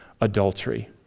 adultery